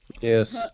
Yes